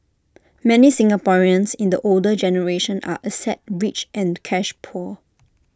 many Singaporeans in the older generation are asset rich and cash poor